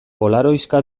polaroiska